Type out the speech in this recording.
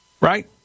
right